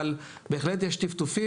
אבל בהחלט יש טפטופים.